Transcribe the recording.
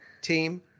team